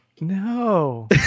no